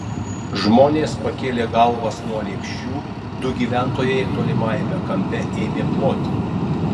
žmonės pakėlė galvas nuo lėkščių du gyventojai tolimajame kampe ėmė ploti